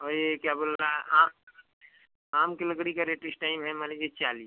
और ये क्या बोल रहा है आम की लकड़ी का रेट इस टाइम है मान लीजिए चालीस